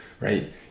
Right